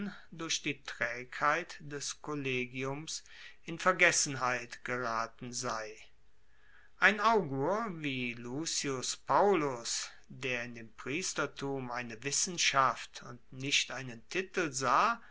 durch die traegheit des kollegiums in vergessenheit geraten sei ein augur wie lucius paullus der in dem priestertum eine wissenschaft und nicht einen titel sah